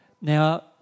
Now